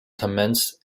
commenced